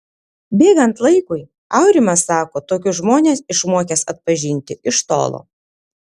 bėgant laikui aurimas sako tokius žmones išmokęs atpažinti iš tolo